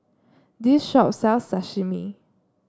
this shop sells Sashimi